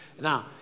Now